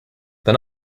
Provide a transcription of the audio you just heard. then